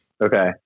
Okay